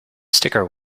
sticker